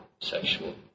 sexual